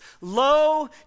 Lo